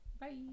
Bye